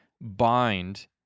bind